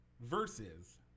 versus